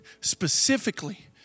Specifically